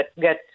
get